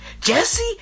Jesse